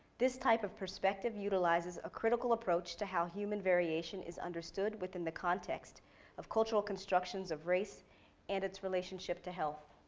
this type of perspective utilizes a critical approach to how human variation is understood within the context of cultural constructions of race and its relationship to health.